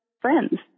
friends